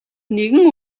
нэгэн